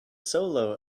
solo